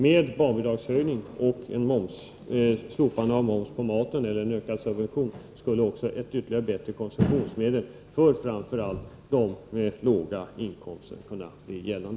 Med barnbidragshöjning, slopande av moms på mat eller en ökad subvention skulle bättre konsumtionsmöjligheter för framför allt dem med låga inkomster komma till stånd.